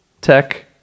Tech